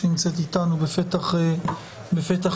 שנמצאת איתנו בפתח הדיון.